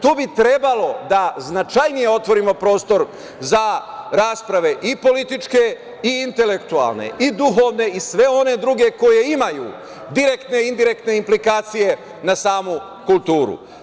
Tu bi trebalo da značajnije otvorimo prostor za rasprave i političke i intelektualne i duhovne i sve one druge koje imaju direktne i indirektne implikacije na samu kulturu.